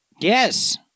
Yes